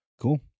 cool